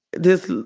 this